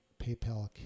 PayPal